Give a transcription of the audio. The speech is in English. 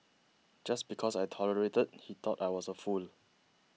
just because I tolerated he thought I was a fool